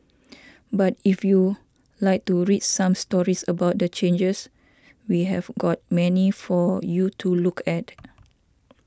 but if you like to read some stories about the changes we have got many for you to look at